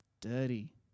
dirty